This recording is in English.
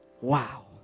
wow